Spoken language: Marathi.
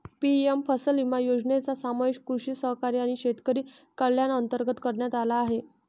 पी.एम फसल विमा योजनेचा समावेश कृषी सहकारी आणि शेतकरी कल्याण अंतर्गत करण्यात आला आहे